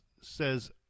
says